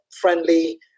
friendly